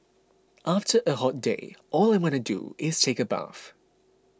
after a hot day all I want to do is take a bath